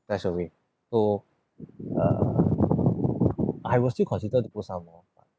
that's a way oh so err I will still consider to put some more